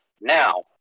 Now